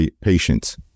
patience